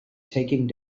taking